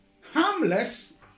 harmless